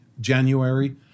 January